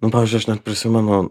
nu pavyzdžiui aš net prisimenu